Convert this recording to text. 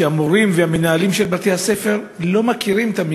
והמורים והמנהלים של בתי-הספר לא מכירים אותם.